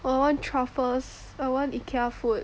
I want truffles I want Ikea food